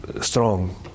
strong